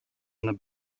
einer